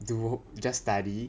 do just study